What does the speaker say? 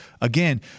again